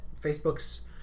Facebook's